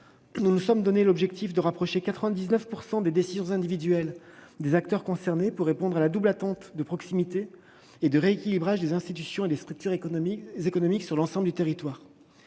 Nous nous sommes fixé l'objectif de rapprocher 99 % des décisions individuelles des acteurs concernés afin de répondre à la double attente de proximité et de rééquilibrage des institutions et des structures économiques sur l'ensemble du territoire.